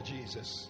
Jesus